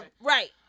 right